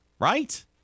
Right